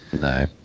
No